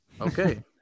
okay